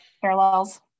parallels